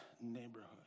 neighborhood